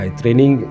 training